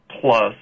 plus